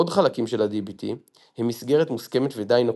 עוד חלקים של הDBT הם מסגרת מוסכמת ודיי נוקשה,